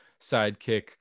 sidekick